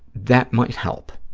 that might help,